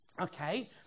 okay